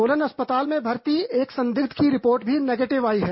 सोलन अस्पताल में भर्ती एक संदिग्ध की रिपोर्ट भी नैगेटिव आई है